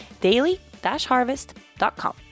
daily-harvest.com